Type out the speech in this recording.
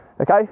okay